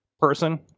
person